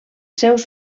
seus